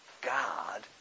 God